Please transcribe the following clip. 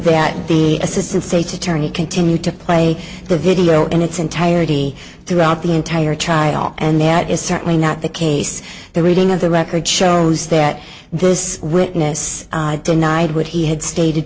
that the assistant state attorney continued to play the video in its entirety throughout the entire trial and that is certainly not the case the reading of the record shows that this witness denied what he had stated